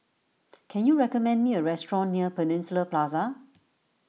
can you recommend me a restaurant near Peninsula Plaza